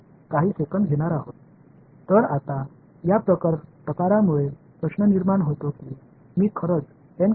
எனவே அதைச் செய்வதற்கான ஒரு பிரபலமான வழி என்னவென்றால் நீங்கள் தீர்மானம் N இல் கிடைத்த உங்கள் தீர்வைச் சொல்லலாம்